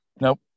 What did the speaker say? Nope